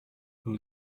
who